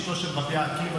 אשתו של רבי עקיבא,